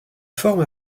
forme